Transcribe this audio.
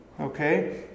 Okay